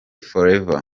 forever